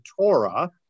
Torah